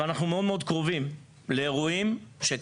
אבל אנחנו מאוד מאוד קרובים לאירועי חירום,